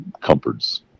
comforts